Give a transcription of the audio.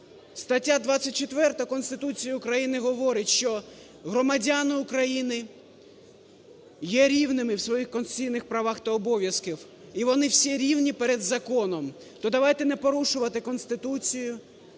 Стаття 24 Конституції України говорить, що громадяни України є рівними в своїх конституційних правах та обов'язках, і вони всі рівні перед законом. То давайте не порушувати Конституцію